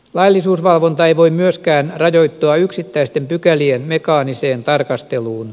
laillisuusvalvonta ei voi myöskään rajoittua yksittäisten pykälien mekaaniseen tarkasteluun